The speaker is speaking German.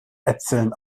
äpfeln